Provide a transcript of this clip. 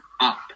up